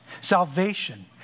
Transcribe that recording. salvation